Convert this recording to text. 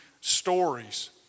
stories